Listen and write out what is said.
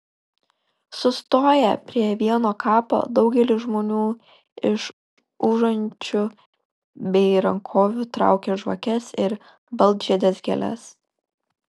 sustoję prie vieno kapo daugelis žmonių iš užančių bei rankovių traukia žvakes ir baltžiedes gėles